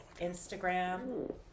Instagram